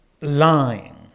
lying